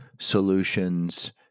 solutions